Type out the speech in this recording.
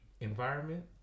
environment